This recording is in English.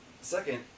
Second